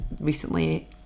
recently